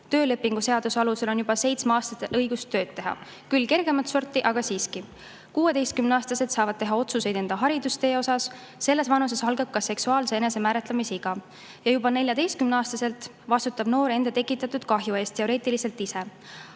Töölepingu seaduse alusel on juba 7-aastastel õigus tööd teha – küll kergemat sorti, aga siiski. 16-aastased saavad teha otsuseid enda haridustee kohta. Selles vanuses algab ka seksuaalse enesemääratlemise iga. Juba 14-aastaselt vastutab noor enda tekitatud kahju eest teoreetiliselt ise.